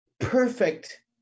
Perfect